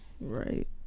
right